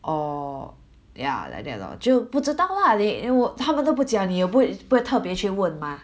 orh ya like that lor 就不知道 lah leh 因为他们都不讲你也不可以特别去问嘛